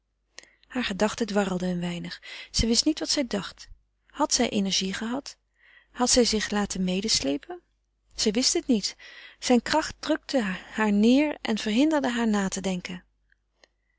hare gedachten dwarrelden een weinig zij wist niet wat zij dacht had zij energie gehad had zij zich laten medesleepen zij wist het niet zijn kracht drukte haar neêr en verhinderde haar na te denken